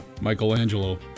Michelangelo